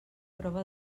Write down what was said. prova